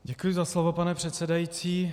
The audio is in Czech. Děkuji za slovo, pane předsedající.